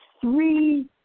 three